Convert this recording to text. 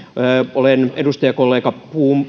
olen edustajakollega